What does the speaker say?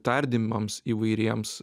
tardymams įvairiems